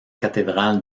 cathédrale